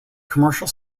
commercial